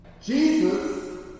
Jesus